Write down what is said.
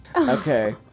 Okay